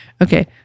Okay